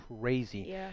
crazy